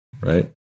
Right